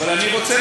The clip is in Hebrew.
אבל אני רוצה,